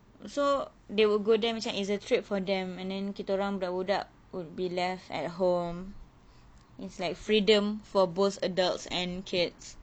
so they will go there macam is a trip for them and then kitaorang budak-budak would be left at home it's like freedom for both adults and kids